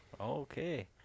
Okay